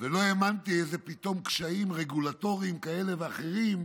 לא האמנתי איזה קשיים רגולטוריים כאלה ואחרים פתאום,